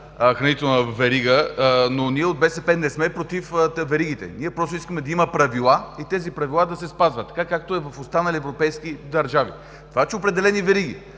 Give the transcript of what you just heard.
хранителна верига, но ние от БСП не сме против веригите. Ние искаме да има правила и тези правила да се спазват така, както е в останалите европейски държави. Това, че определени вериги